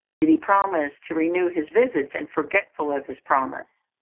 did he promise to renew his visits, and, forgetful of his promise,